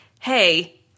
hey